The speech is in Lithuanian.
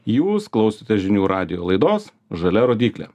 jūs klausotės žinių radijo laidos žalia rodyklė